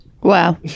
Wow